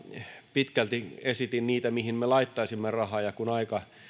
pitkälti esitin mihin me laittaisimme rahaa ja kun aika